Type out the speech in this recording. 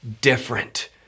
different